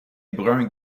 brun